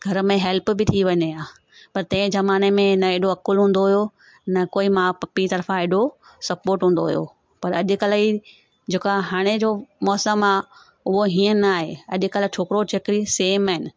घर में हेल्प बि थी वञे हां पर तंहिं ज़माने में न हेॾो अक़ुलु हूंदो हुओ न कोइ माउ पीउ तरफ़ा हेॾो सपोट हूंदो हुओ पर अॼुकल्ह ई जेका हाणे जो मौसमु आहे उहो हीअं न आहे अॼुकल्ह छोकिरो छोकिरी सेम आहिनि